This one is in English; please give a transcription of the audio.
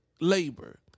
labor